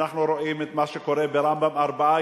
ואנחנו רואים מה שקורה ב"רמב"ם" ארבעה